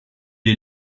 est